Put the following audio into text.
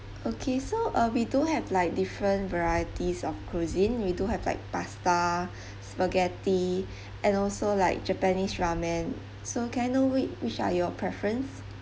okay so uh we do have like different varieties of cuisine we do have like pasta spaghetti and also like japanese ramen so can I know which which are your preference